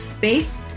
based